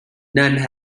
nên